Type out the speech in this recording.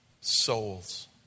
Souls